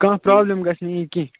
کانٛہہ پرٛابلِم گَژھِ نہٕ یِنۍ کیٚنٛہہ